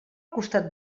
costat